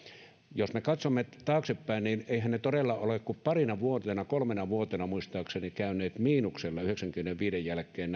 jos me katsomme taaksepäin niin eihän näitten eläkerahastojen kehitys todella ole kuin parina vuotena kolmena vuotena muistaakseni käynyt miinuksella vuoden yhdeksänkymmentäviisi jälkeen